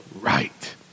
right